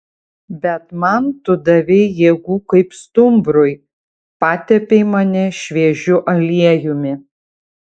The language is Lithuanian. bet man tu davei jėgų kaip stumbrui patepei mane šviežiu aliejumi